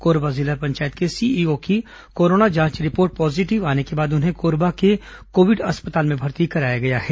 कोरबा जिला पंचायत के सीईओ की कोरोना जांच रिपोर्ट पॉजीटिव आने के बाद उन्हें कोरबा के कोविड अस्पताल में भर्ती कराया गया है